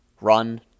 run